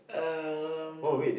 um